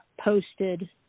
posted